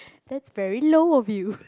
that's very low of you